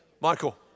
Michael